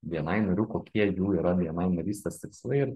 bni narių kokie jų yra bni narystės tikslai ir